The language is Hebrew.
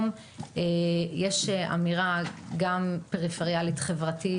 יש אמירה גם פריפריאלית חברתית,